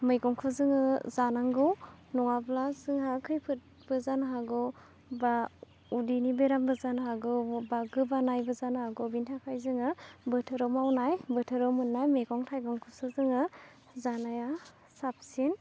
मैगंखौ जोङो जानांगौ नङाब्ला जोंहा खैफोदबो जानो हागौ बा उदैनि बेरामबो जानो हागौ बा गोबानायबो जानो हागौ बिनि थाखाय जोङो बोथोराव मावनाय बोथोराव मोन्नाय मैगं थाइगंखौसो जोङो जानाया साबसिन